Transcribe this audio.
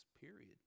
period